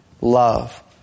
love